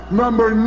number